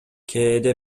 кээде